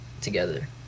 together